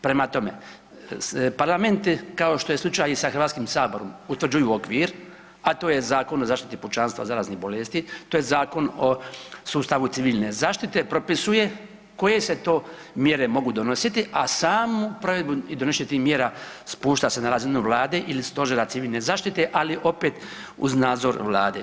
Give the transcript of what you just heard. Prema tome, parlamenti kao što je slučaj i sa HS-om utvrđuju okvir, a to je Zakon o zaštiti pučanstva od zaraznih bolesti, to je Zakon o sustavu civilne zaštite propisuje koje se to mjere mogu donositi, a samu provedbu i donošenje tih mjera spušta se na razinu Vlade ili Stožera civilne zaštite, ali opet uz nadzor Vlade.